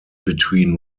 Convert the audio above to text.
between